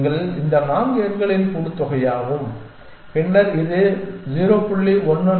நீங்கள் இந்த 4 எண்களின் கூட்டுத்தொகையாகும் பின்னர் இது 0